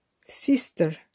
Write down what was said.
Sister